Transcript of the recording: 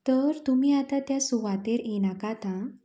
तर तुमी आतां त्या सुवातेर येनाकात आं